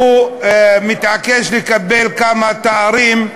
הוא מתעקש לקבל כמה תארים,